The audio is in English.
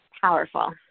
powerful